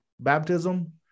baptism